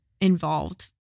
involved